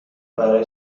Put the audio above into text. برای